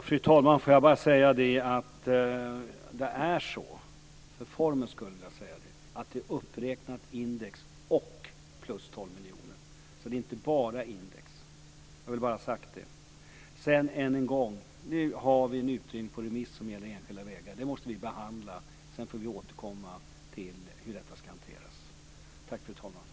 Fru talman! För formens skull vill jag säga att det är uppräknat med index plus 12 miljoner. Det är inte bara indexuppräknat. Sedan vill jag än en gång säga att vi nu har en utredning på remiss som gäller enskilda vägar. Den måste vi behandla. Sedan får vi återkomma till hur detta ska hanteras.